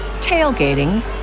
tailgating